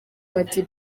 bati